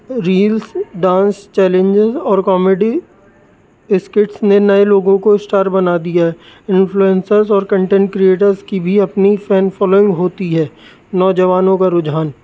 reels dance challenges اور comedy skits نے نئے لوگوں کو اسٹار بنا دیا انفلوئینسرز اور کنٹینٹ کریئیٹرس کی بھی اپنی فین فالوئنگ ہوتی ہے نوجوانوں کا رجحان